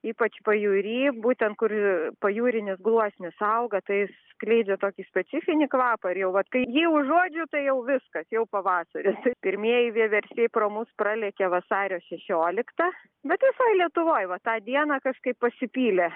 ypač pajūry būtent kur pajūrinis gluosnis auga tai skleidžia tokį specifinį kvapą ir jau vat kai jį užuodžiu tai jau viskas jau pavasaris pirmieji vieversiai pro mus pralėkė vasario šešioliktą bet visoj lietuvoj va tą dieną kažkaip pasipylė